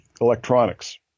electronics